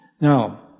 Now